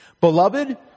Beloved